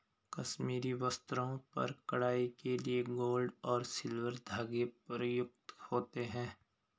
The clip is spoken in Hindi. कश्मीरी वस्त्रों पर कढ़ाई के लिए गोल्ड और सिल्वर धागे प्रयुक्त होते हैं